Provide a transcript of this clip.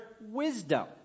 wisdom